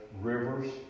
rivers